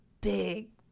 big